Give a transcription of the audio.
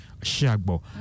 Shagbo